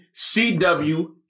CW